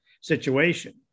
situation